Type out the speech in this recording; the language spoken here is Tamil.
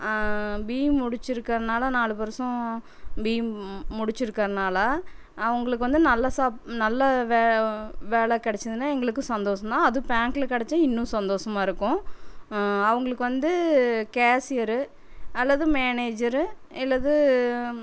பிஇ முடிச்சிருக்கறதனால நாலு வருஷம் பிஇ முடிச்சிருக்கதனால அவங்களுக்கு வந்து நல்ல சாப் நல்ல வே வேலை கிடச்சிதுன்னா எங்களுக்கு சந்தோசம் தான் அதுவும் பேங்க்ல கிடச்சா இன்னும் சந்தோசமாக இருக்கும் அவங்களுக்கு வந்து கேஷியரு அல்லது மேனேஜரு இல்லது